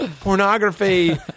pornography